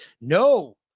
no